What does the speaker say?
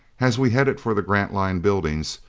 as we headed for the grantline buildings,